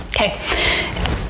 Okay